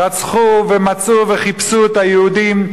רצחו ומצאו וחיפשו את היהודים.